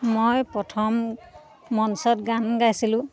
মই প্ৰথম মঞ্চত গান গাইছিলোঁ